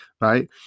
right